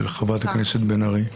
של חברת הכנסת בן ארי.